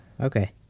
okay